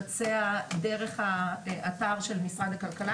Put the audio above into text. מתשובות שאנחנו מקבלים ממשרד הכלכלה,